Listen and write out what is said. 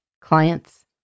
clients